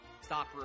stop